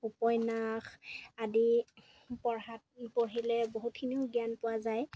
উপন্যাস আদি পঢ়াত পঢ়িলে বহুতখিনি জ্ঞান পোৱা যায়